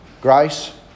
grace